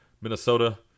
Minnesota